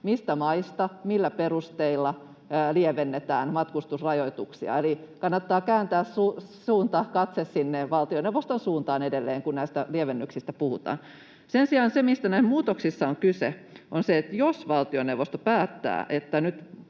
mistä maista, millä perusteilla lievennetään matkustusrajoituksia, eli kannattaa kääntää katse sinne valtioneuvoston suuntaan edelleen, kun näistä lievennyksistä puhutaan. Sen sijaan se, mistä näissä muutoksissa on kyse, on se, että jos valtioneuvosto päättää,